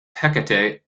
hecate